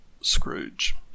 Scrooge